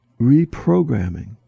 reprogramming